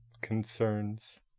concerns